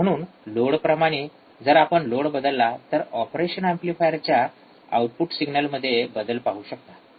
म्हणून लोडप्रमाणे जर आपण लोड बदलला तर ऑपरेशन एम्पलीफायरच्या आउटपुट सिग्नलमध्ये बदल पाहू शकतो